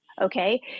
Okay